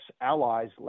allies